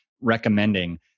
recommending